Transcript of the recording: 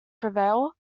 prevail